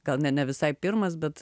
gal ne ne visai pirmas bet